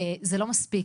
זה לא מספיק.